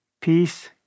Peace